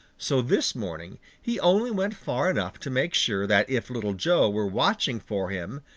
so this morning he only went far enough to make sure that if little joe were watching for him,